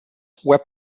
were